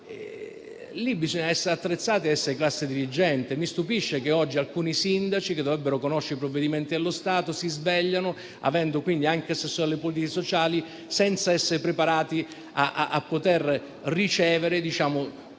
Bisogna essere attrezzati a essere classe dirigente. Mi stupisce che oggi alcuni sindaci, che dovrebbero conoscere i provvedimenti dello Stato, si sveglino, avendo anche assessori alle politiche sociali, senza essere preparati a ricevere tutti